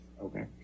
Okay